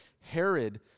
Herod